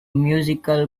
musical